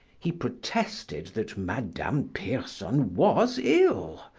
he protested that madame pierson was ill,